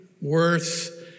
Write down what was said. worth